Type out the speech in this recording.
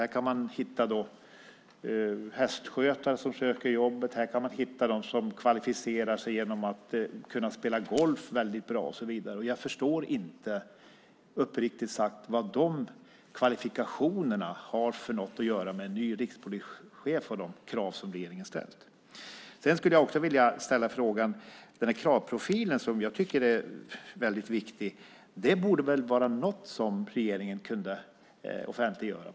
Här kan man hitta hästskötare som söker jobbet. Man kan hitta de som kvalificerar sig genom att kunna spela golf bra och så vidare. Jag förstår uppriktigt sagt inte vad de kvalifikationerna har med en ny rikspolischef och med de krav som regeringen ställt att göra. Kravprofilen är mycket viktig. Det borde väl vara något som regeringen kunde offentliggöra.